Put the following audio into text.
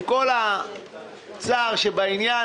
עם כל הצער שבעניין,